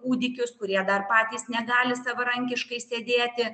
kūdikius kurie dar patys negali savarankiškai sėdėti